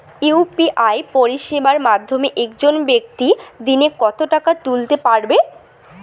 UPI পরিষেবার মাধ্যমে একজন ব্যাক্তি দিনে কত টাকা তুলতে পারবে?